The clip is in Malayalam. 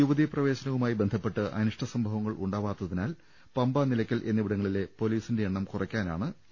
യുവതീപ്രവേശനവു മായി ബന്ധപ്പെട്ട് അനിഷ്ടസംഭവങ്ങൾ ്ഉണ്ടാവാത്തിനാൽ പമ്പ നില യ്ക്കൽ എന്നിവിടങ്ങളിലെ പൊലീസിന്റെ എണ്ണം കുറയ്ക്കാനാണ് തീരു മാനം